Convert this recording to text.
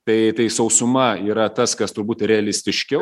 tai tai sausuma yra tas kas turbūt realistiškiau